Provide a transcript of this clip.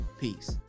peace